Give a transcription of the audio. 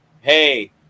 hey